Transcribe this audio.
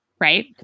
right